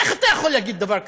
איך אתה יכול להגיד דבר כזה?